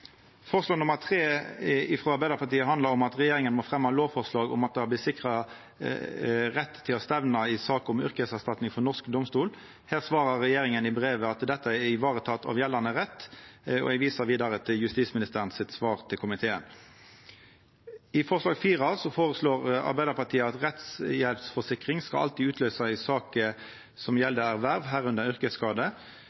handlar om at regjeringa må fremja lovforslag som sikrar rett til å reisa sak om yrkesskadeerstatning for norsk domstol. Her svarar regjeringa i brevet at dette er vareteke av gjeldande rett, og eg viser vidare til svaret frå justisministeren til komiteen. I punkt 4 føreslår Arbeidarpartiet at rettshjelpsforsikring alltid skal utløysast i saker som